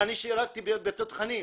אני שירתי בתותחנים,